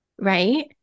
right